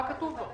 מה כתוב בה?